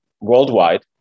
worldwide